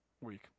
week